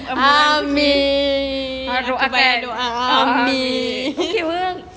amin amin